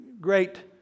great